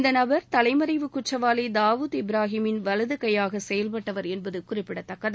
இந்த நபர் தலை மறைவு குற்றவாளி தாவுத் இப்ராஹிமின் வலது கையாக செயல்பட்டவர் என்பது குறிப்பிடத்தக்கது